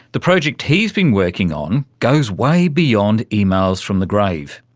the project he's been working on goes way beyond emails from the grave.